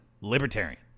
libertarian